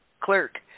clerk